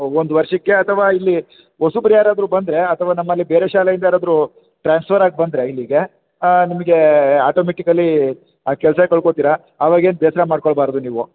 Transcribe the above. ಒಂದು ವರ್ಷಕ್ಕೆ ಅಥವಾ ಇಲ್ಲಿ ಹೊಸಬ್ರು ಯಾರಾದರು ಬಂದರೆ ಅಥವಾ ನಮ್ಮಲ್ಲಿ ಬೇರೆ ಶಾಲೆಯಿಂದ ಯಾರಾದ್ರೂ ಟ್ರಾನ್ಸ್ಫರಾಗಿ ಬಂದರೆ ಇಲ್ಲಿಗೆ ನಿಮಗೆ ಆಟೋಮೆಟಿಕಲಿ ಆ ಕೆಲಸ ಕಳ್ಕೋತೀರ ಅವಾಗೇನು ಬೇಸರ ಮಾಡಿಕೊಳ್ಬಾರ್ದು ನೀವು